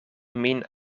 min